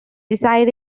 reside